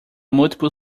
multiple